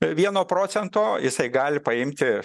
vieno procento jisai gali paimti